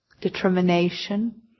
determination